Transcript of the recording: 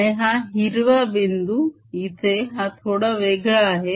आणि हा हिरवा बिंदू इथे हा थोडा वेगळा आहे